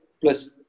plus